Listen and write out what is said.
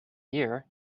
year